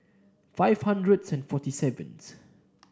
five hundred and forty seventh